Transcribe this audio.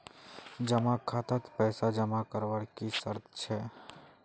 जमा खातात पैसा जमा करवार की शर्त छे?